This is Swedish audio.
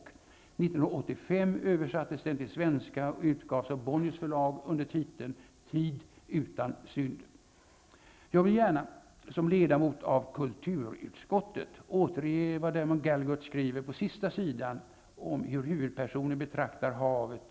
År 1985 översattes den till svenska och utgavs av Bonniers förlag under titeln Tid utan synd. Jag vill gärna, som ledamot av kulturutskottet, återge vad Damon Galgut skriver på sista sidan om hur huvudpersonen betraktar havet.